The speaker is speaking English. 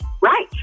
right